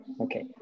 Okay